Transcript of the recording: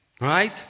Right